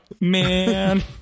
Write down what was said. man